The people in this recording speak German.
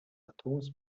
atoms